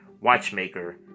watchmaker